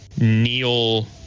Neil